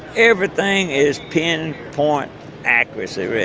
everything is pinpoint accuracy.